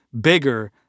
bigger